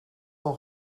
wel